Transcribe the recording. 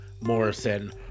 Morrison